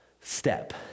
step